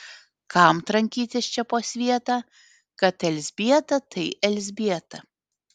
kam trankytis čia po svietą kad elzbieta tai elzbieta